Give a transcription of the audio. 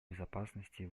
безопасности